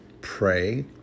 pray